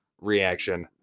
reaction